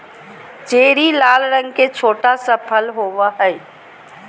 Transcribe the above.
cherry लाल रंग के छोटा सा फल होबो हइ